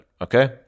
okay